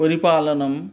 परिपालनं